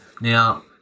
Now